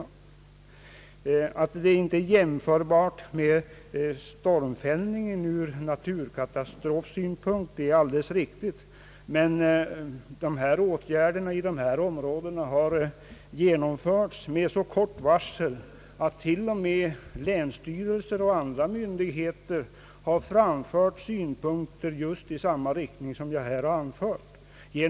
Att nedläggning av huvudflottleder inte är jämförbar med stormfällning ur naturkatastrofsynpunkt är alldeles riktigt, men åtgärderna i dessa områden har genomförts med så kort varsel ait t.o.m. länsstyrelser och andra myndigheter har framfört synpunkter i samma riktning som de jag här framfört.